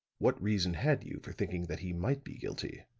what reason had you for thinking that he might be guilty?